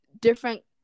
different